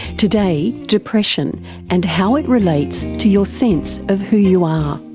today, depression and how it relates to your sense of who you are.